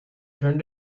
turn